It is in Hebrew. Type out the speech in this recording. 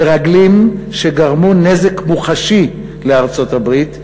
מרגלים שגרמו נזק מוחשי לארצות-הברית,